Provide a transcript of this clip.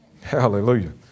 Hallelujah